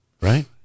Right